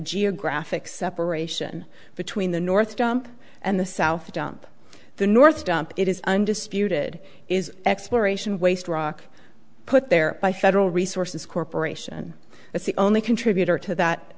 geographic separation between the north dump and the south dump the north dump it is undisputed is exploration waste rock put there by federal resources corp is the only contributor to that